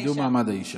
קידום מעמד האישה.